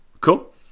Cool